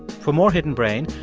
for more hidden brain,